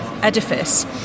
Edifice